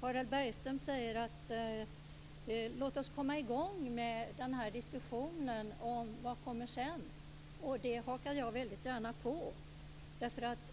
Harald Bergström säger att vi måste komma i gång med diskussionen om vad som kommer sedan. Det hakar jag gärna på.